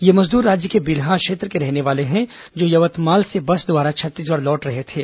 ये मजदूर राज्य के बिल्हा क्षेत्र के रहने वाले हैं जो यवतमाल से बस द्वारा छत्तीसगढ़ लौट रहे थे